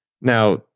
Now